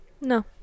No